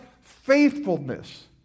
faithfulness